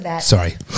Sorry